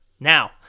Now